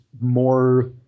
more